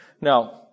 Now